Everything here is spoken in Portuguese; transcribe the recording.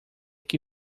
que